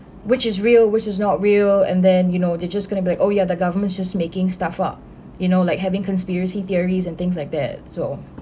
which is real which is not real and then you know they just going to be like oh ya the government just making stuff up you know like having conspiracy theories and things like that so